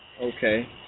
Okay